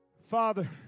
Father